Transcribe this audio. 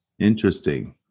Interesting